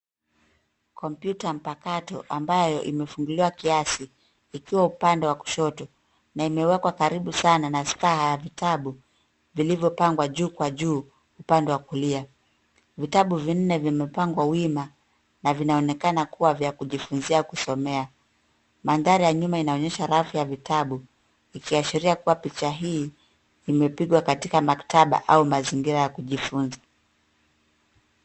Kompyuta mpakato ambayo imefunguliwa kiasi, ikiwa upande wa kushoto na imewekwa karibu sana na staha ya vitabu vilivyopangwa juu kwa juu upande wa kulia. Vitabu vinne vimepangwa wima na vinaonekana kuwa vya kujifunzia kusomesha. Mandhari ya nyuma inaonyesha rafu ya vitabu ikiashiria kuwa picha hii imepigwa katika maktaba au mazingira ya kujifunza.